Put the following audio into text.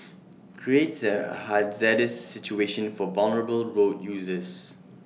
creates A hazardous situation for vulnerable road users